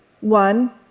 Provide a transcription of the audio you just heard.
One